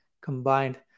combined